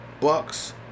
Bucks